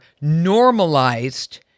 normalized